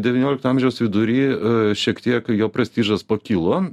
devyniolikto amžiaus vidury šiek tiek jo prestižas pakilo